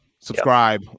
Subscribe